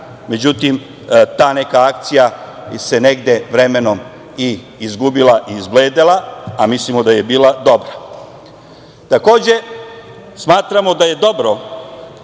međutim, ta neka akcija se nege vremenom izgubila, izbledela, a mislimo da je bila dobra. Takođe, smatramo da je dobro